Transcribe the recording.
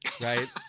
right